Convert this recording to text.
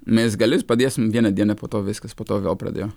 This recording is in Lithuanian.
mėsgalius padėsim vieną dieną po to viskas po to vėl pradėjo